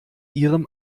ihrem